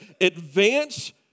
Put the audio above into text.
advance